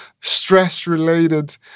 stress-related